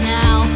now